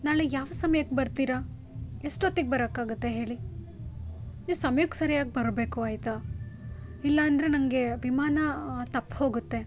ನಾಳೆ ಯಾವ ಸಮಯಕ್ಕೆ ಬರ್ತೀರಾ ಎಷ್ಟೊತ್ತಿಗೆ ಬರಕ್ಕೆ ಆಗುತ್ತೆ ಹೇಳಿ ನೀವು ಸಮ್ಯಕ್ಕೆ ಸರ್ಯಾಗಿ ಬರಬೇಕು ಆಯಿತಾ ಇಲ್ಲ ಅಂದರೆ ನನಗೆ ವಿಮಾನ ತಪ್ಪಿ ಹೋಗುತ್ತೆ